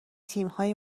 تیمهای